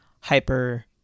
hyper